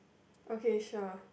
okay sure